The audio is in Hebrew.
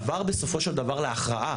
עבר בסופו של דבר להכרעה,